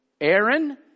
Aaron